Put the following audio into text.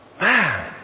Man